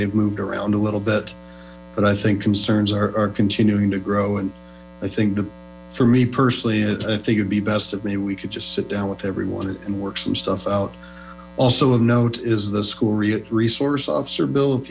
they've moved around a little bit but i think concerns are continuing to grow and i think that for me personally i think it'd be best if maybe we could just sit down with everyone and work some stuff out also of note is the school resource officer bill if